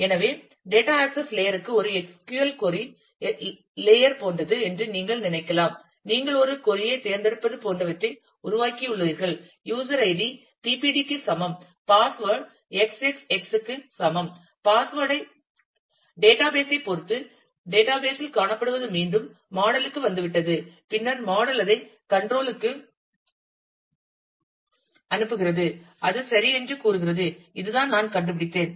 எனவே data access layer க்கு ஒரு SQL கொறி லேயர் போன்றது என்று நீங்கள் நினைக்கலாம் நீங்கள் ஒரு கொறி ஐ தேர்ந்தெடுப்பது போன்றவற்றை உருவாக்கியுள்ளீர்கள் யூஸர் ஐடி பிபிடி க்கு சமம் பாஸ்வேட் XXX க்கு சமம் டேட்டாபேஸ் ஐ பொறுத்து டேட்டாபேஸ் இல் காணப்படுவது மீண்டும் மாடல் க்கு வந்துவிட்டது பின்னர் மாடல் அதை கண்ட்ரோல் க்கு அனுப்புகிறது அது சரி என்று கூறுகிறது இதுதான் நான் கண்டுபிடித்தேன்